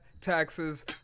taxes